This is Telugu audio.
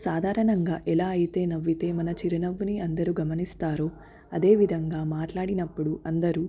సాధారణంగా ఎలా అయితే నవ్వితే మన చిరునవ్వుని అందరూ గమనిస్తారో అదే విధంగా మాట్లాడినప్పుడు అందరూ